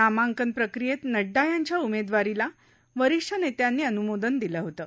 नामांकन प्रक्रियेत नङ्डा यांच्या उमेदवारीला वरीष्ठ नेत्यांनी अनुमोदन दिलं होतं